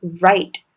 right